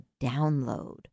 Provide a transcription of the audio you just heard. download